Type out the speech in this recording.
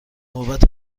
نوبت